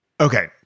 Okay